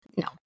no